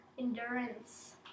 Endurance